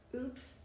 Oops